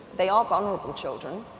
they are vulnerable children,